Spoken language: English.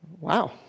Wow